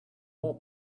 more